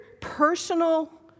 personal